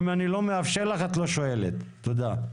אם אני לא מאפשר לך את לא שואלת, תודה.